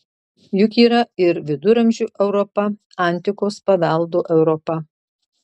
juk yra ir viduramžių europa antikos paveldo europa